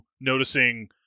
noticing